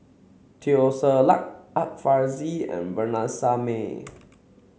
Teo Ser Luck Art Fazil and Vanessa Mae